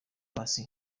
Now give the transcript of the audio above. paccy